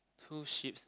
two sheep's